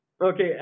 Okay